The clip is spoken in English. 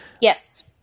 yes